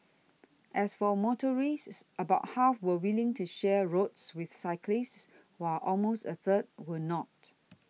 as for motorists about half were willing to share roads with cyclists while almost a third were not